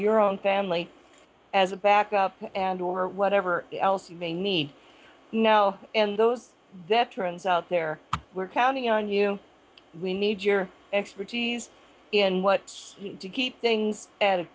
your own family as a backup and or whatever else you may need now and those that runs out there we're counting on you we need your expertise in what you do keep things a